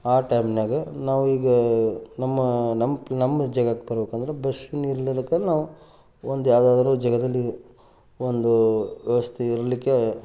ಆ ಟೈಮಿನಾಗ ನಾವು ಈಗ ನಮ್ಮ ನಮ್ಮ ಪ್ ನಮ್ಮ ಜಾಗಕ್ಕೆ ಬರ್ಬೇಕಂದ್ರೆ ಬಸ್ ನಿಲ್ಲಲಿಕ್ಕೆ ನಾವು ಒಂದು ಯಾವ್ದಾದರೂ ಜಾಗದಲ್ಲಿ ಒಂದು ವ್ಯವಸ್ಥೆ ಇರಲಿಕ್ಕೆ